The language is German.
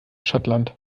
schottland